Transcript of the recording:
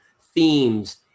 themes